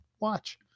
watch